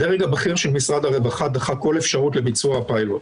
הדרג הבכיר של משרד הרווחה דחה כל אפשרות לביצוע הפיילוט.